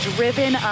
Driven